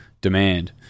demand